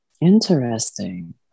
Interesting